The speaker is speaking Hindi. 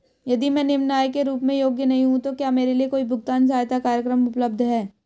यदि मैं निम्न आय के रूप में योग्य नहीं हूँ तो क्या मेरे लिए कोई भुगतान सहायता कार्यक्रम उपलब्ध है?